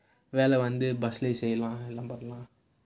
well I wonder